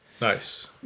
Nice